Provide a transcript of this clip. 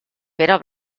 pere